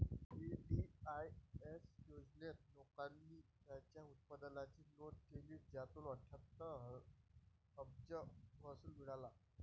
VDIS योजनेत, लोकांनी त्यांच्या उत्पन्नाची नोंद केली, ज्यातून अठ्ठ्याहत्तर अब्ज महसूल मिळाला